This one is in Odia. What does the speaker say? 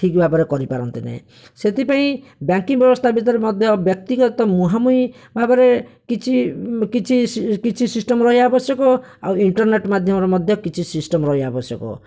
ଠିକ ଭାବରେ କରିପାରନ୍ତି ନାହିଁ ସେଥିପାଇଁ ବ୍ୟାଙ୍କିଙ୍ଗ ବ୍ୟବସ୍ଥା ଭିତରେ ମଧ୍ୟ ବ୍ୟକ୍ତିଗତ ମୁହାଁମୁହିଁ ଭାବରେ କିଛି କିଛି ସି କିଛି ସିଷ୍ଟମ ରହିବା ଆବଶ୍ୟକ ଆଉ ଇଣ୍ଟର୍ନେଟ ମାଧ୍ୟମରେ ମଧ୍ୟ କିଛି ସିଷ୍ଟମ ରହିବା ଆବଶ୍ୟକ